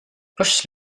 bush